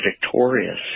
victorious